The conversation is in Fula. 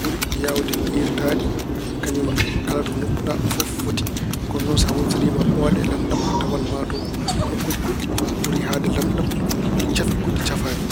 ɓuri yaawde irtaade e kañum kala to nokkuɗa fof foti. Kono noon so a huutoriima ɓooɗe lamɗam a tawan maa taw nokkuuji goɗɗi ɓuri haaɗde lamɗam. Nokkuuji goɗɗi ina cafi, goɗɗi cafaani.